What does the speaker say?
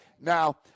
Now